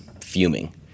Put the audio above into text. fuming